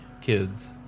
kids